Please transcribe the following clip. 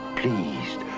pleased